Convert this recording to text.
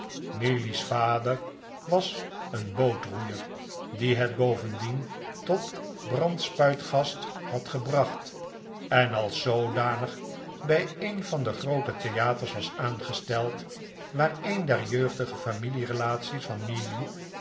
mealy's vader was een bootroeier die het bovendien tot brandspuitgast had gebracht en als zoodanig bij een van de groote theaters was aangesteld waar een der jeugdige familierelaties